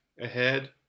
ahead